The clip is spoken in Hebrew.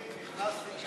אני נכנסתי,